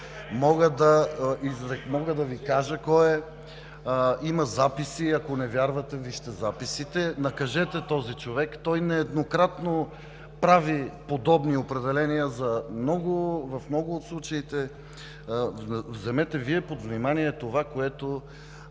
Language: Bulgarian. Мога да Ви кажа кой е. Има записи. Ако не вярвате, вижте записите. Накажете този човек. Той нееднократно прави подобни определения в много от случаите. Вземете Вие под внимание това, което